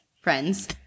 friends